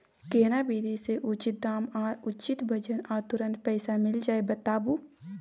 केना विधी से उचित दाम आ उचित वजन आ तुरंत पैसा मिल जाय बताबू?